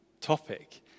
topic